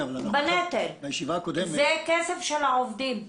זה כסף של העובדים.